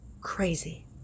crazy